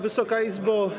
Wysoka Izbo!